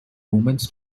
omens